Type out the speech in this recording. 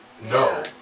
No